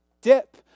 dip